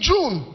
June